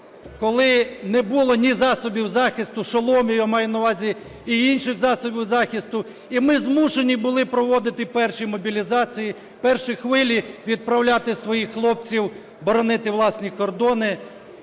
коли не було ні засобів захисту (шоломів, я маю на увазі) і інших засобів захисту, і ми змушені були проводити перші мобілізації, перші хвилі, відправляти своїх хлопців боронити власні кордони,